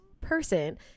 person